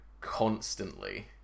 constantly